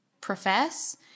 profess